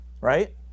Right